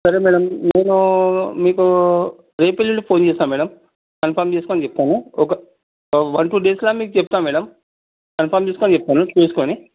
సరే మేడం నేను మీకు రేపు ఎల్లుండి ఫోన్ చేస్తాను మేడం కన్ఫార్మ్ చేసుకొని చెప్తాను ఒక వన్ టూ డేస్లో మీకు చెప్తాను మేడం కన్ఫార్మ్ చేసుకొని చెప్తాను చూసుకొని